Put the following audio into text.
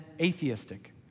atheistic